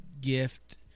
gift